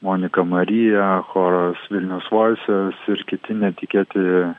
monika marija choras vilnius voises ir kiti netikėti